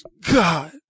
God